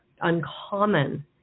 uncommon